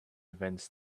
events